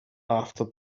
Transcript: after